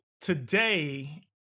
today